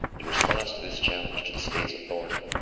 in response to this challenge to the state's authority,